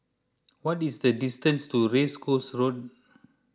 what is the distance to Race Course Road